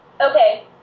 Okay